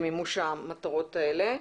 למימוש מטרות אלה.